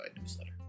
newsletter